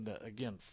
again